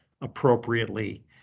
appropriately